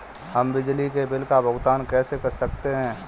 हम बिजली के बिल का भुगतान कैसे कर सकते हैं?